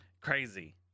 Crazy